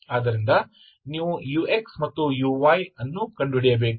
ಆದ್ದರಿಂದ ನೀವು uxಮತ್ತು uy ಅನ್ನು ಕಂಡುಹಿಡಿಯಬೇಕು